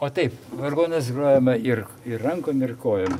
o taip vargonais grojama ir ir rankom ir kojom